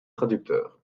traducteur